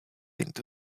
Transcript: into